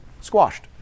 squashed